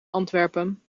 antwerpen